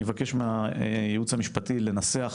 אני אבקש מהייעוץ המשפטי לנסח